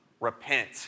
Repent